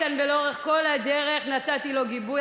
היה איתן, ולאורך כל הדרך נתתי לו גיבוי.